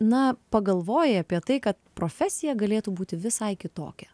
na pagalvojai apie tai kad profesija galėtų būti visai kitokia